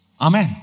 Amen